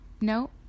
No